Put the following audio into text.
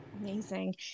Amazing